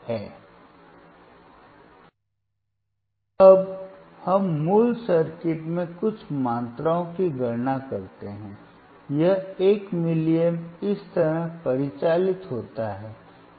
तो अब हम मूल सर्किट में कुछ मात्राओं की गणना करते हैं यह 1 मिलीएम्प इस तरह परिचालित होता है